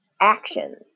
actions